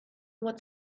what